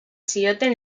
zioten